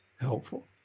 helpful